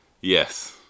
Yes